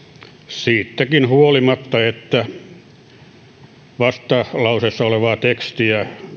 siitäkin huolimatta että vastalauseessa olevaa tekstiä